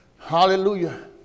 Hallelujah